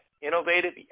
Innovative